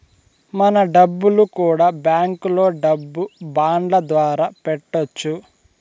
మన డబ్బులు కూడా బ్యాంకులో డబ్బు బాండ్ల ద్వారా పెట్టొచ్చు